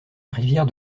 rivière